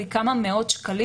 היא כמה מאות שקלים.